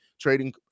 trading